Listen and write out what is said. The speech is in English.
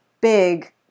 big